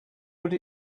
would